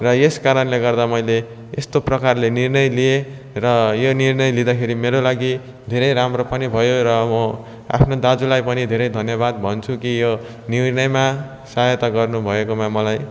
र यसकारणले गर्दा मैले यस्तो प्रकारले निर्णय लिएँ र यो निर्णय लिँदाखेरि मेरो लागि धेरै राम्रो पनि भयो र म आफ्नो दाजुलाई पनि धेरै धन्यवाद भन्छु कि यो निर्णयमा सहायता गर्नुभएकोमा मलाई